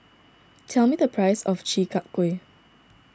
tell me the price of Chi Kak Kuih